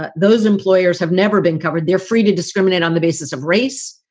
but those employers have never been covered. they're free to discriminate on the basis of race.